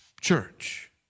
church